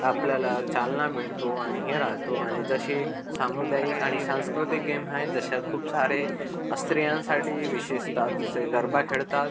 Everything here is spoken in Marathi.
आपल्याला चालना मिळतो आणि हे राहतो आणि जसे सामुदायिक आणि सांस्कृतिक गेम आहेत जशा खूप सारे स्त्रियांसाठी विशेषतः जसे गरबा खेळतात